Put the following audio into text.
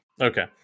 Okay